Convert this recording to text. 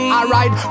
Alright